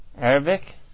Arabic